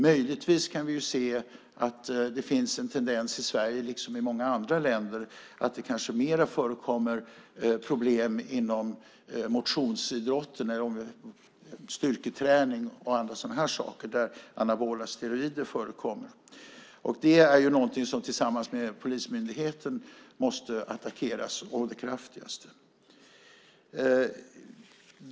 Möjligtvis kan vi se en tendens i Sverige liksom i andra länder att det kanske mer förekommer problem inom motionsidrott, styrketräning och liknande, där anabola steroider förekommer. Det är något som vi måste attackera tillsammans med polismyndigheterna å det kraftigaste.